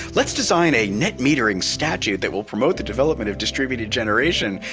let's design a net metering statute that will promote the development of distributed generation.